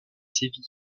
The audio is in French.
sévit